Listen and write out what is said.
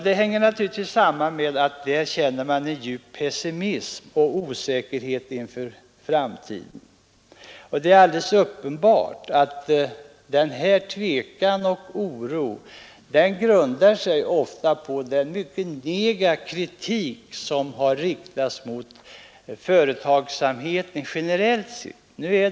Det hänger naturligtvis samman med att man där känner en djup pessimism och osäkerhet inför framtiden. Det är alldeles uppenbart att den här tvekan och oron ofta grundar sig på den mycket negativa kritik som har riktats mot företagsamheten generellt sett.